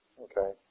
okay